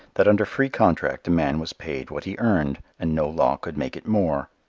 that under free contract a man was paid what he earned and no law could make it more.